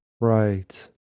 right